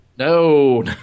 No